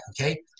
okay